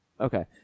Okay